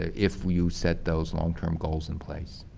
if you set those long-term goals in place.